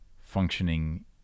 functioning